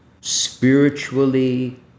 spiritually